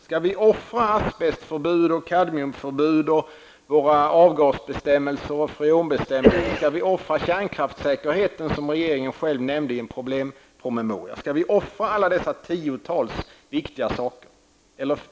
Skall vi offra asbestförbudet, kadmiumförbudet och våra avgasbestämmelser och freonbestämmelser? Skall vi offra kärnkraftsäkerheten, som regeringen själv nämnde i en problempromemoria? Skall vi offra dessa tiotals viktiga saker?